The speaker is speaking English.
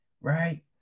right